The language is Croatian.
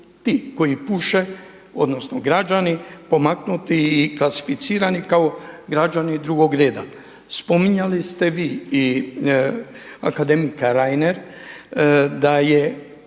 ti koji puše odnosno građani pomaknuti i klasificirani kao građani drugog reda. Spominjali ste vi i akademik Reiner da su